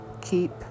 keep